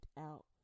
out